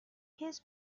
his